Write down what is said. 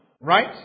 Right